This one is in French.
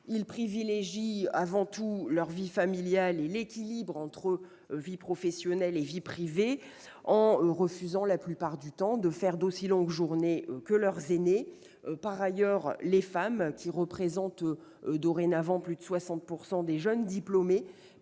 Ils privilégient avant tout leur vie familiale et l'équilibre entre vie professionnelle et vie privée, refusant d'accomplir d'aussi longues journées que leurs aînés. Et les femmes, qui représentent dorénavant plus de 60 % des jeunes diplômés,